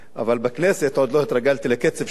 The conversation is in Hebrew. אבל בכנסת עוד לא התרגלתי לקצב המסחרר.